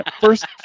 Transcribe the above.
first